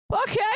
Okay